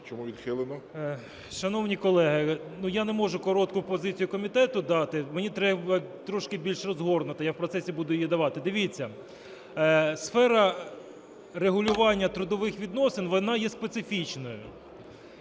БАБЕНКО М.В. Шановні колеги, ну я не можу коротку позицію комітету дати. Мені треба трошки більше розгорнуто. Я в процесі буду її давати. Дивіться, сфера регулювання трудових відносин, вона є специфічною.